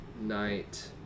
night